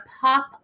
pop